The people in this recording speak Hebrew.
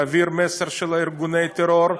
להעביר מסר של ארגוני הטרור,